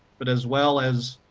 but as well as,